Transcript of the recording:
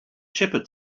shepherd